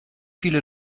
viele